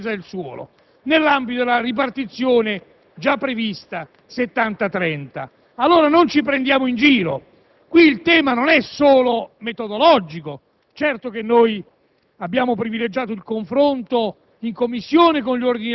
per cento per interventi di tutela dell'ambiente e della difesa del suolo nell'ambito della ripartizione già prevista 70 e 30 per cento. Allora, non ci prendiamo in giro: qui il tema non è solo metodologico. Certo che